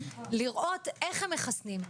לראות איך הם מחסנים,